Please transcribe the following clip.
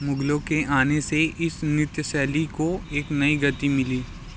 मुगलों के आने से इस नृत्य शैली को एक नई गति मिली